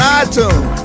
iTunes